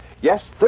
Yes